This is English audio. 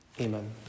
Amen